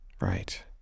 Right